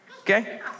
okay